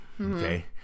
okay